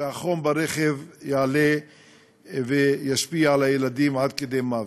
והחום ברכב יעלה וישפיע על הילדים עד כדי מוות.